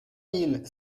mille